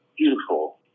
beautiful